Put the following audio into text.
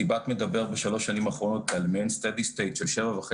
סיב"ט מדבר בשלוש השנים האחרונות על מעין steady state של 7.5